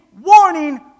warning